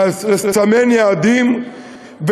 לסמן יעדים,